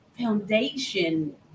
foundation